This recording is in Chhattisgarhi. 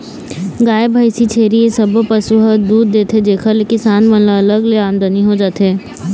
गाय, भइसी, छेरी ए सब्बो पशु ह दूद देथे जेखर ले किसान मन ल अलग ले आमदनी हो जाथे